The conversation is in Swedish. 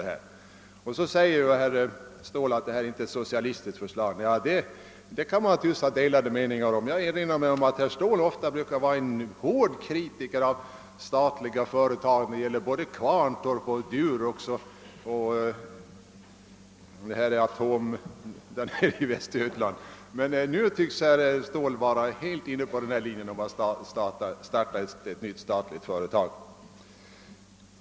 Herr Ståhl säger att detta inte är något socialistiskt förslag. Det kan man naturligtvis ha delade meningar om. Jag erinrar mig att herr Ståhl brukar vara en hård kritiker av statliga företag både när det gällt Kvarntorp, Durox och uranverket i Ranstad. Nu tycks herr Ståhl helt vara inne på linjen att starta ett nytt statligt företag.